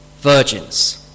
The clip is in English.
virgins